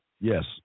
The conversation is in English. yes